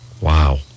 Wow